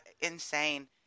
Insane